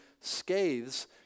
scathes